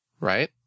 Right